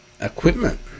equipment